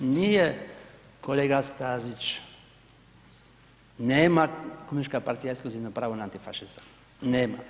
Nije kolega Stazić, nema Komunistička partija ekskluzivno pravo na antifašizam, nema.